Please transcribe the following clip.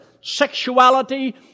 sexuality